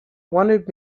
wanted